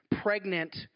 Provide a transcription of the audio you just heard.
pregnant